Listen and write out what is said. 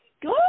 Good